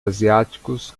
asiáticos